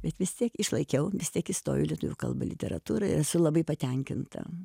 bet vis tiek išlaikiau vis tiek įstojau į lietuvių kalbą literatūrą ir esu labai patenkinta